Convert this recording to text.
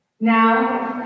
Now